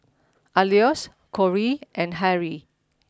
Alois Korey and Harrell